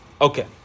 Okay